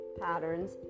patterns